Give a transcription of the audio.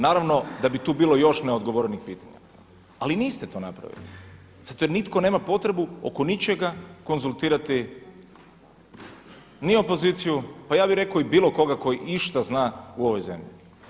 Naravno da bi tu bilo još neodgovorenih pitanja, ali niste to napravili zato jer nitko nema potrebu oko ničega konzultirati ni opoziciju pa ja bih rekao i bilo koga tko išta zna u ovoj zemlji.